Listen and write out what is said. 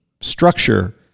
structure